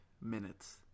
minutes